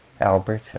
Albert